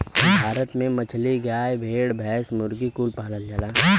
भारत में मछली, गाय, भेड़, भैंस, मुर्गी कुल पालल जाला